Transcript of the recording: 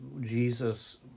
Jesus